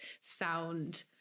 sound